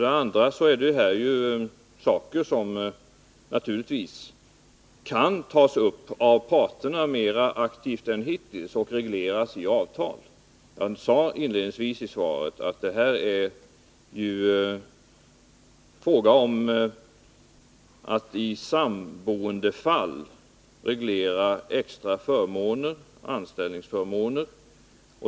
Sedan är det här ju saker som naturligtvis kan tas upp mera aktivt av parterna än hittills och regleras i avtal. Jag sade inledningsvis i svaret att det här är fråga om att i samboendefall reglera extra anställningsförmåner.